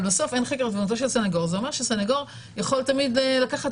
אבל בסוף אין חקר לתובנתו של סנגור זה אומר שסנגור יכול תמיד לקחת